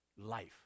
life